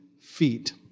feet